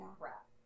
crap